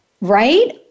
Right